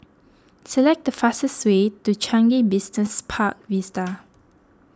select the fastest way to Changi Business Park Vista